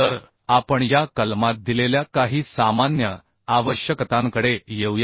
तर आपण या कलमात दिलेल्या काही सामान्य आवश्यकतांकडे येऊया